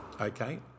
Okay